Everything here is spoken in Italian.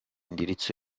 indirizzo